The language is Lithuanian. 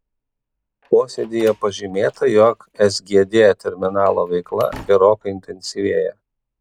posėdyje pažymėta jog sgd terminalo veikla gerokai intensyvėja